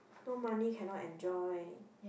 no money cannot enjoy